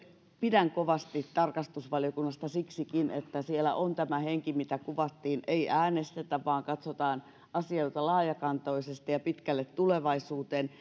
pidän kovasti tarkastusvaliokunnasta siksikin että siellä on tämä henki mitä kuvattiin ei äänestetä vaan katsotaan asioita laajakantoisesti ja pitkälle tulevaisuuteen